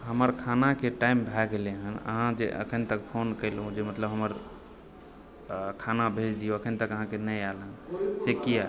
हमर खानाके टाइम भए गेलै हँ अहाँ जे अखन तक फोन केलहुँ जे मतलब हमर आ खाना भेज दिऔ अखन तक अहाँके नहि आयल हँ से किआ